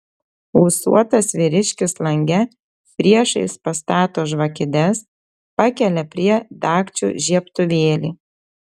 ūsuotas vyriškis lange priešais pastato žvakides pakelia prie dagčių žiebtuvėlį